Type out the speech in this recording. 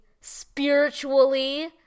spiritually